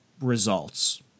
results